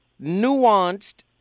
nuanced